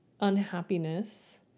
unhappiness